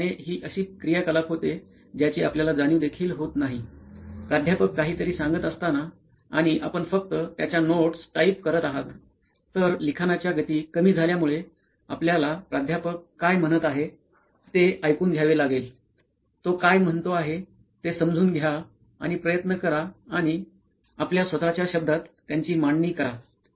थोड्या वेळाने ही अशी क्रियाकलाप होते ज्याची आपल्याला जाणीव देखील होत नाही प्राध्यापक काहीतरी सांगत असताना आणि आपण फक्त त्याच्या नोट्स टाईप करत आहात तर लिखाणाच्या गती कमी झाल्यामुळे आपल्याला प्राध्यापक काय म्हणत आहे ते ऐकून घ्यावे लागेल तो काय म्हणतो आहे ते समजून घ्या आणि प्रयत्न करा आणि आपल्या स्वत च्या शब्दात त्यांची मांडणी करा